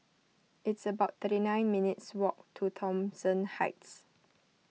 it's about thirty nine minutes' walk to Thomson Heights